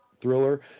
thriller